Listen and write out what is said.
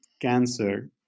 cancer